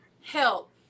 help